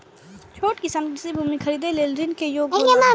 छोट किसान कृषि भूमि खरीदे लेल ऋण के योग्य हौला?